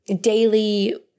daily